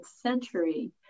century